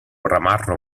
ramarro